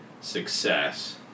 success